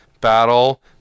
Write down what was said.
battle